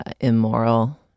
immoral